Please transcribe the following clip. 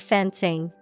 Fencing